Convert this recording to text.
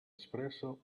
espresso